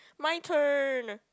my turn